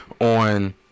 on